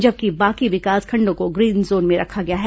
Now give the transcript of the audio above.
जबकि बाकी विकासखंडों को ग्रीन जोन में रखा गया है